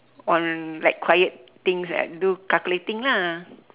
on like quiet things like do calculating lah